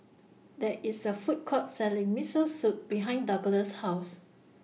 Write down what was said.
There IS A Food Court Selling Miso Soup behind Douglass' House